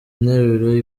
nteruro